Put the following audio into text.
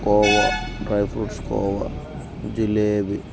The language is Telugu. khoa dry fruits khoa jalebi